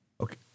Okay